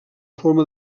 forma